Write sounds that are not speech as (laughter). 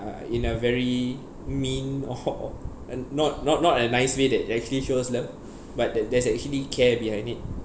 in a very mean (breath) or and not not not a nice way that actually shows love but there there's actually care behind it